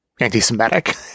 anti-Semitic